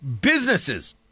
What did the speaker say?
Businesses